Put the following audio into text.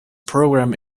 program